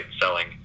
selling